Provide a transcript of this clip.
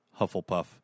Hufflepuff